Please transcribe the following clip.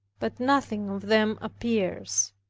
but nothing of them appears.